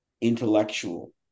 intellectual